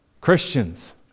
Christians